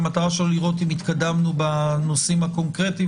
שהמטרה שלו לראות אם התקדמנו בנושאים הקונקרטיים,